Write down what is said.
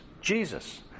Jesus